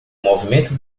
movimento